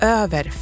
över